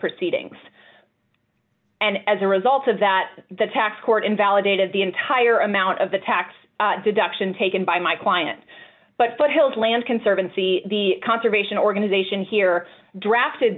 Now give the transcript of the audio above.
proceedings and as a result of that the tax court invalidated the entire amount of the tax deduction taken by my client but foothills land conservancy the conservation